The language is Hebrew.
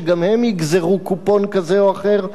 שגם הם יגזרו קופון כזה או אחר,